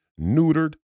neutered